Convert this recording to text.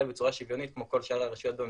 בצורה שוויונית כמו כל שאר הרשויות במדינה.